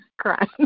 cry